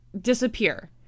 disappear